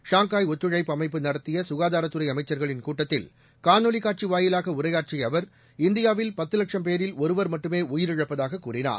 Shanghai ஒத்துழைப்பு அமைப்பு நடத்திய சுகாதாரத்துறை அமைச்சா்களின் கூட்டத்தில் காணொலி காட்சி வாயிலாக உரையாற்றிய அவர் இந்தியாவில் பத்து லட்சம் பேரில் ஒருவர் மட்டுமே உயிரிழப்பதாகக் கூறினார்